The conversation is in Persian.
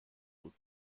بود